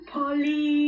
Polly